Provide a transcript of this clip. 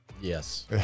yes